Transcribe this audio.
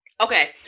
okay